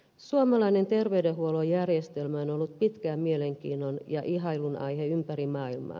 suomalainen terveydenhuollon järjestelmä on ollut pitkään mielenkiinnon ja ihailun aihe ympäri maailmaa